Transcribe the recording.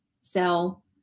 sell